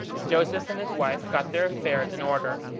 joseph and his wife got their affairs in order,